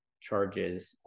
charges